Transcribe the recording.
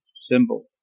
symbol